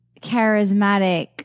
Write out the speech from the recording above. charismatic